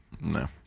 No